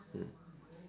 mm